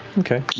okay.